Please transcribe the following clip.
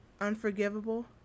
Unforgivable